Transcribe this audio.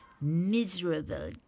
miserable